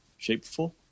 shapeful